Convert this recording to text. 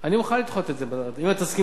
אני מוכן לדחות את זה, אם תסכים.